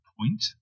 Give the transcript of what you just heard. point